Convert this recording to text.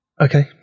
okay